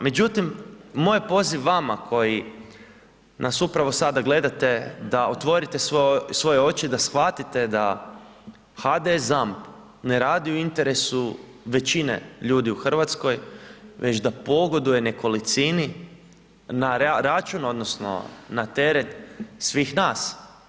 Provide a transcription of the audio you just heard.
Međutim, moj je poziv vama koji nas upravo sada gledate da otvorite svoje oči, da shvatite da HDS ZAMP ne radi u interesu većine ljudi u RH već da pogoduje nekolicini na račun odnosno na teret svih nas.